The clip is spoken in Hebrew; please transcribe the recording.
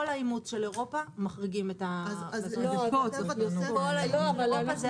כל האימוץ של אירופה מחריגים את המזון, לא רק